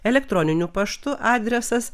elektroniniu paštu adresas